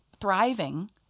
thriving